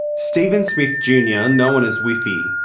stephen smith junior, known as whiffy,